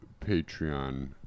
patreon